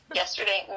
yesterday